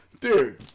dude